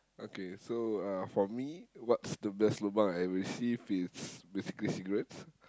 okay so uh for me what's the best lobang I ever received is basically cigarettes